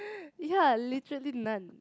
ya literally none